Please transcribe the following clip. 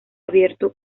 abierto